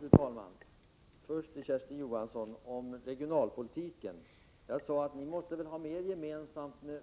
Fru talman! Först vill jag säga några ord till Kersti Johansson om regionalpolitiken. Jag sade att ni väl måste ha mer gemensamt med